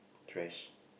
trash